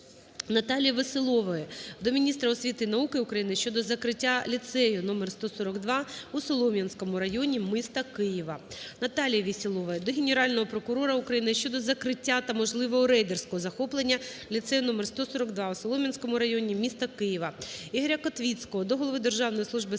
НаталіїВеселової до міністра освіти і науки України щодо закриття ліцею № 142 у Солом’янському районі міста Києва. НаталіїВеселової до Генерального прокурора України щодо закриття та можливого рейдерського захоплення ліцею № 142 у Солом’янському районі міста Києва. ІгоряКотвіцького до голови Державної служби спеціального